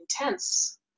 intense